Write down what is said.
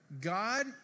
God